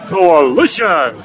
Coalition